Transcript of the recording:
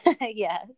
Yes